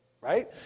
right